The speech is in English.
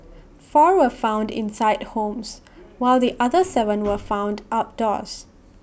four were found inside homes while the other Seven were found outdoors